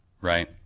right